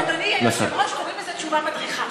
אדוני היושב-ראש, קוראים לזה תשובה מדריכה.